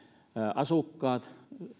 asukkaat